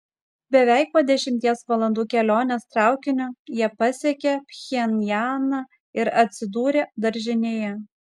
beveik po dešimties valandų kelionės traukiniu jie pasiekė pchenjaną ir atsidūrė daržinėje